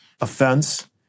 offense